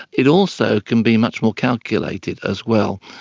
it also can be much more calculated as well,